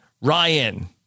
Ryan